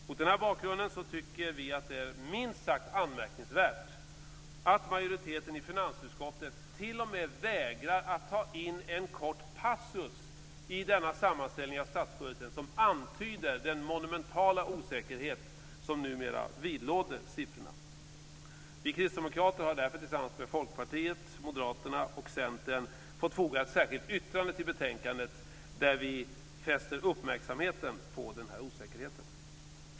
Mot denna bakgrund tycker vi att det är minst sagt anmärkningsvärt att majoriteten i finansutskottet t.o.m. vägrar att ta in en kort passus i sammanställningen av statsbudgeten som antyder den monumentala osäkerhet som numera vidlåder siffrorna. Vi kristdemokrater har därför tillsammans med Folkpartiet, Moderaterna och Centern fått foga ett särskilt yttrande till betänkandet, där vi fäster uppmärksamheten på den här osäkerheten.